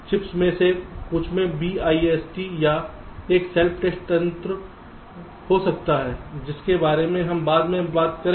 chips में से कुछ में BIST या एक सेल्फ टेस्ट तंत्र हो सकता है जिसके बारे में हम बाद में बाद में अंदर की बात करेंगे